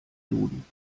duden